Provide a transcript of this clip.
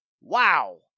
wow